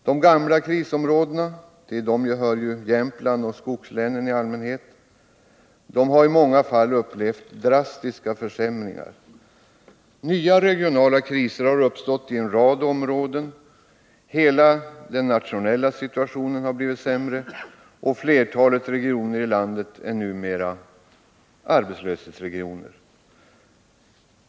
De gamla krisområdena — till dem hör ju Jämtland och skogslänen i allmänhet — har i många fall upplevt drastiska försämringar. Nya regionala kriser har uppstått i en rad områden. Hela den nationella situationen har blivit sämre, och flertalet regioner i landet är numera arbetslöshetsregioner.